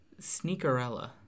Sneakerella